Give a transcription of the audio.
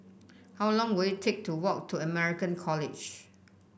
how long will it take to walk to American College